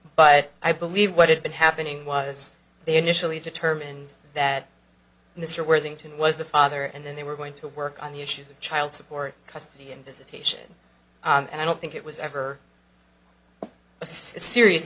but i believe what had been happening was they initially determined that mr worthington was the father and then they were going to work on the issues of child support custody and visitation and i don't think it was ever a serious